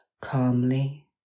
calmly